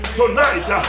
tonight